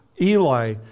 Eli